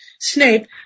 Snape